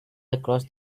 across